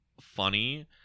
funny